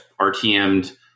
RTM'd